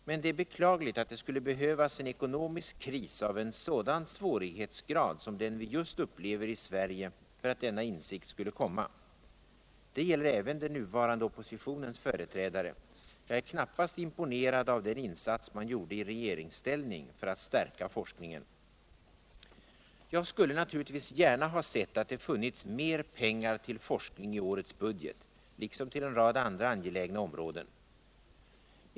Men det är beklagligt att det skulle behövas en ekonomisk kris av en sådan svårighetsgrad som den vi just upplever i Sverige för att denna insikt skulle komma. Det gäller även den nuvarande oppositionens företrädare. Jag är knappast imponerad av den insats man gorde I regeringsställning för ati stärka forskningen. Jag skulle naturligtvis gärna ha sett avi det funnits mer pengar till forskning i årets budget — liksom tll en rad andra angelägna områden.